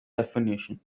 definition